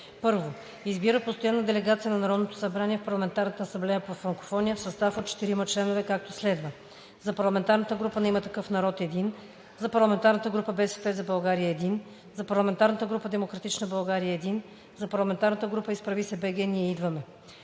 1. Избира постоянна делегация на Народното събрание в Парламентарната асамблея по франкофония в състав от 4 членове, както следва: - за парламентарната група на „Има такъв народ“ – един; - за парламентарната група на „БСП за България“ – един; - за парламентарната група на „Демократична България“ – един; - за парламентарната група на „Изправи се БГ! Ние идваме!“